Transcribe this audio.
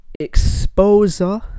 exposure